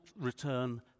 return